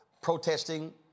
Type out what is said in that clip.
protesting